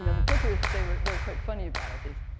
you know the pickers, they were they were quite funny about it. they